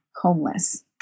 homeless